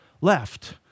left